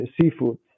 seafood